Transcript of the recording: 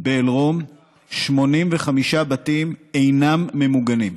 באל-רום 85 בתים אינם ממוגנים,